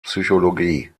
psychologie